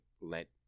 let